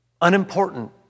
unimportant